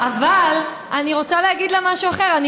אבל אני רוצה להגיד לה משהו אחר: אני